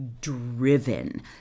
driven